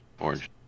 Orange